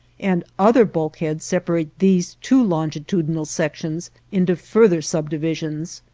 and other bulkheads separate these two longitudinal sections into further subdivisions.